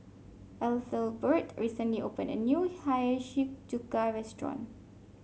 Ethelbert recently opened a new Hiyashi Chuka restaurant